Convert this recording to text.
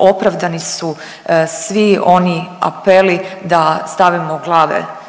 opravdani su svi oni apeli da stavimo glave